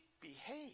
behave